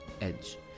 edge